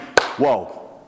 whoa